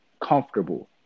comfortable